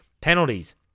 Penalties